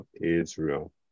Israel